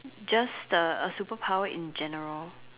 just the a superpower in general